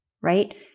right